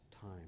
time